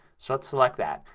so let's select that.